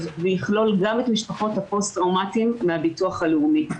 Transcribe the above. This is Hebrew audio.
ויכלול גם את משפחות הפוסט טראומטיים מהביטוח הלאומי.